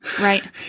right